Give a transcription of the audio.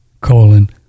colon